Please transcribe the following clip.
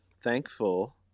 thankful